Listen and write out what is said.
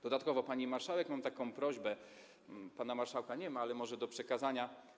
Dodatkowo, pani marszałek, mam taką prośbę, pana marszałka nie ma, ale może do przekazania.